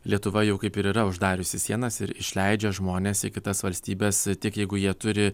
lietuva jau kaip ir yra uždariusi sienas ir išleidžia žmones į kitas valstybes tik jeigu jie turi